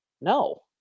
no